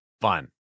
Fun